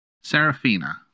Serafina